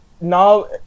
now